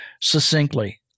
succinctly